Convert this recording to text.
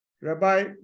Rabbi